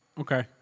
Okay